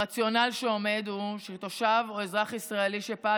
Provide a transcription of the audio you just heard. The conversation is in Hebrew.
הרציונל שעומד הוא שתושב או אזרח ישראלי שפעל